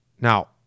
Now